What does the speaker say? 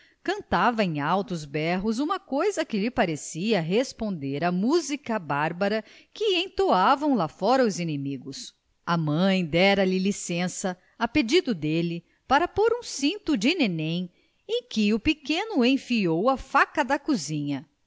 cantava em altos berros uma coisa que lhe parecia responder à música bárbara que entoavam lá fora os inimigos a mãe dera-lhe licença a pedido dele para pôr um cinto de nenen em que o pequeno enfiou a faca da cozinha